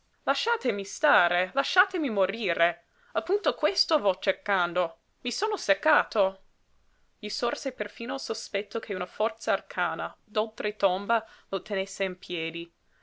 lasciatemi stare lasciatemi morire appunto questo vo cercando i sono seccato gli sorse perfino il sospetto che una forza arcana d'oltre tomba lo tenesse in piedi